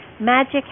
Magic